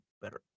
better